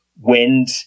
wind